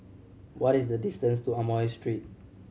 what is the distance to Amoy Street